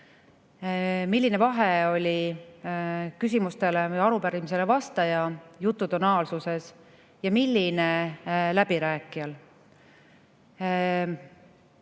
milline vahe oli küsimustele või arupärimisele vastaja jutu tonaalsusel ja läbirääkija